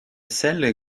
celle